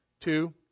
Two